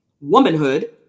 womanhood